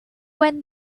when